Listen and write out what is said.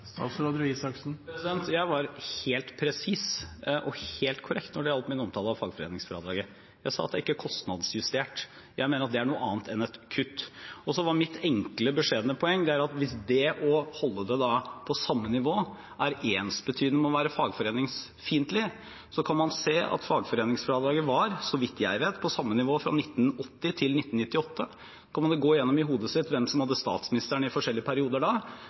Jeg var helt presis og helt korrekt i min omtale av fagforeningsfradraget. Jeg sa at det «ikke er kostnadsjustert», og jeg mener at det er noe annet enn et kutt. Så var mitt enkle, beskjedne poeng at hvis det å holde det på samme nivå er ensbetydende med å være fagforeningsfiendtlig, kan man se at fagforeningsfradraget var, så vidt jeg vet, på samme nivå fra 1980 til 1998. Da kan man jo i hodet sitt gå gjennom hvem som hadde statsministeren i de forskjellige periodene, og da